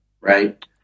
right